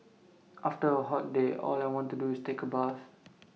after A hot day all I want to do is take A bath